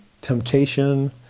temptation